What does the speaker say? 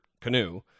Canoe